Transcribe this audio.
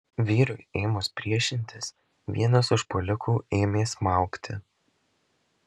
vyrui ėmus priešintis vienas užpuolikų ėmė smaugti